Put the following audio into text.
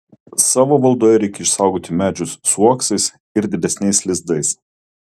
savo valdoje reikia išsaugoti medžius su uoksais ir didesniais lizdais